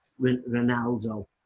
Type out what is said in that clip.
Ronaldo